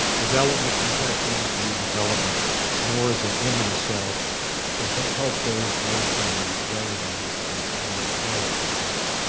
development professionals view development more as an end in itself to help those most in need, rather than as a foreign policy tool.